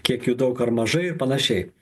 kiek jų daug ar mažai ir panašiai